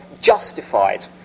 justified